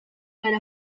para